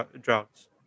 droughts